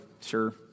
sure